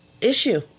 issue